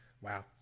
Wow